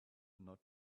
not